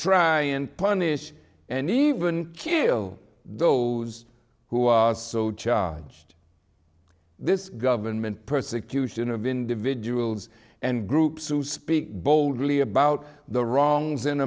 try and punish and even kill those who are so charged this government persecution of individuals and groups who speak boldly about the wrongs in